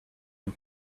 and